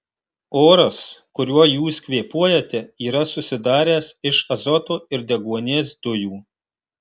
oras kuriuo jūs kvėpuojate yra susidaręs iš azoto ir deguonies dujų